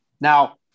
now